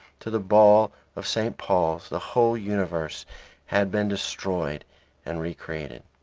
to the ball of st. paul's, the whole universe had been destroyed and re-created.